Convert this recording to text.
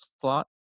slot